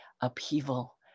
upheaval